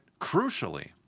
crucially